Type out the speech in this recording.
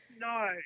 no